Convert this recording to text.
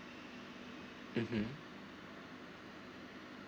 (uh huh)